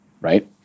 right